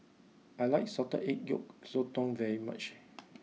I like Salted Egg Yolk Sotong very much